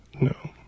No